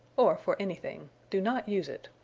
or for anything. do not use it.